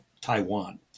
Taiwan